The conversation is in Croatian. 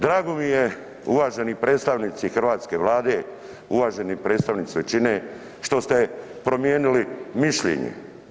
Drago mi je uvaženi predstavnici hrvatske Vlade, uvaženi predstavnici većine što ste promijenili mišljenje.